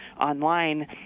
online